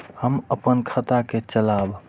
हम अपन खाता के चलाब?